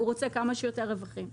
הוא רוצה כמה שיותר רווחים.